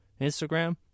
Instagram